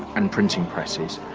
and printing presses.